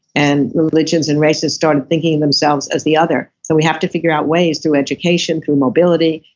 and religions, and races started thinking themselves as the other. so we have to figure out ways through education, through mobility,